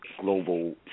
global